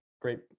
great